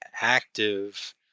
active